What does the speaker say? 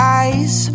eyes